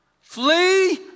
flee